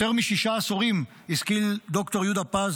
יותר משישה עשורים השכיל ד"ר יהודה פז,